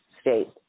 state